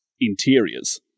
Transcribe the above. interiors